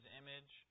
image